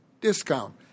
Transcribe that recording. discount